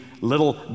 little